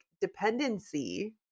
dependency